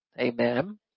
Amen